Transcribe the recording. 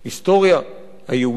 ההיסטוריה היהודית,